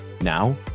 now